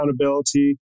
accountability